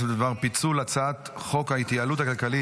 להמשך חקיקה בנפרד מהצעת חוק ההתייעלות הכלכלית,